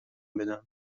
بدم